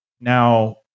now